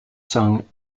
sung